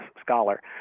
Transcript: scholar